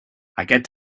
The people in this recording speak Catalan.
aquest